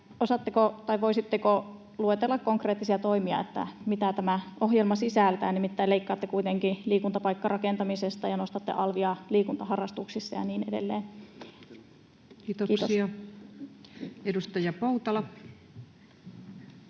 Voisitteko luetella konkreettisia toimia, mitä tämä ohjelma sisältää? Nimittäin leikkaatte kuitenkin liikuntapaikkarakentamisesta ja nostatte alvia liikuntaharrastuksissa, ja niin edelleen. — Kiitos. Kiitoksia. — Edustaja Poutala.